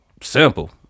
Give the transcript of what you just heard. Simple